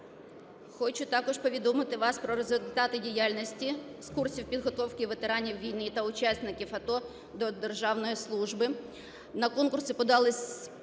Хочу також повідомити вас про результати діяльності з курсів підготовки ветеранів війни та учасників АТО. До державної служби